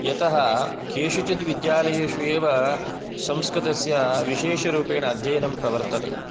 यतः केषुचित् विद्यालयेषु एव संस्कृतस्य विशेषरूपेण अध्ययनं प्रवर्तते